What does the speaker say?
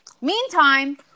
Meantime